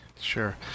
Sure